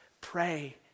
pray